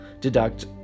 deduct